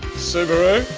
subaru